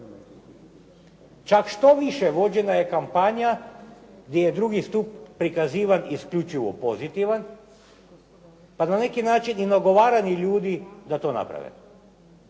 Čak štoviše, vođena je kampanja gdje je drugi stup prikazivan isključivo pozitivan, pa na neki način i nagovaranje ljudi da to naprave.